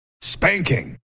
spanking